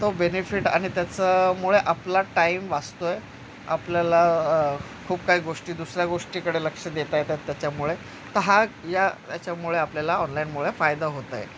तो बेनिफिट आणि त्याचामुळे आपला टाईम वाचतो आहे आपल्याला खूप काही गोष्टी दुसऱ्या गोष्टीकडे लक्ष देता येतात त्याच्यामुळे तर हा या त्याच्यामुळे आपल्याला ऑनलाईनमुळे फायदा होत आहे